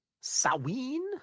Sawin